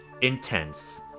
intense